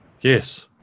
Yes